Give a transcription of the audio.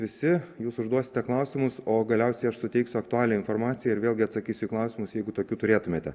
visi jūs užduosite klausimus o galiausiai aš suteiksiu aktualią informaciją ir vėlgi atsakysiu į klausimus jeigu tokių turėtumėte